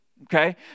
Okay